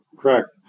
Correct